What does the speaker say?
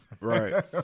Right